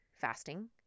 fasting